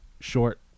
short